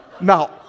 Now